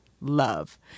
love